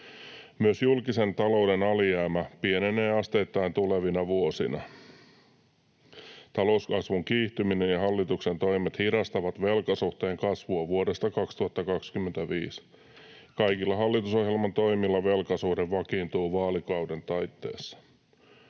Myös julkisen talouden alijäämä pienenee asteittain tulevina vuosina. Talouskasvun kiihtyminen ja hallituksen toimet hidastavat velkasuhteen kasvua vuodesta 2025. Kaikilla hallitusohjelman toimilla velkasuhde vakiintuu vaalikauden taitteessa.